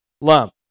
lump